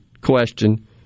question